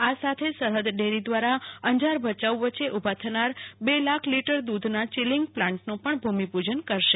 આ સાથે સરહદ ડેરી દ્રારા અંજાર ભયાઉ વચ્ચે ઉભા થનારા બે લાખ લીટર દુધના પ્લાન્ટનું પણ ભુમિપુજનકરશે